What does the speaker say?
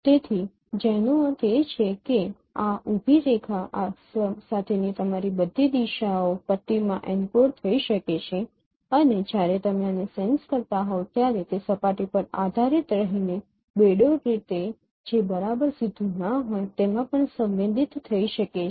તેથી જેનો અર્થ છે કે આ ઊભી રેખા સાથેની તમારી બધી દિશાઓ પટ્ટીમાં એન્કોડ થઈ ગઈ છે અને જ્યારે તમે આને સેન્સ કરતાં હોવ ત્યારે તે સપાટી પર આધારિત રહીને બેડોળ રીતે જે બરાબર સીધું ના હોય તેમાં પણ સંવેદિત થઈ શકે છે